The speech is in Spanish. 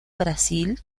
brasil